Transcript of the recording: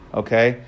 okay